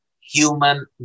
human